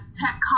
tech